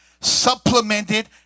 supplemented